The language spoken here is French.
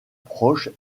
proche